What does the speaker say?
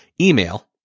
email